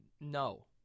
no